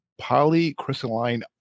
polycrystalline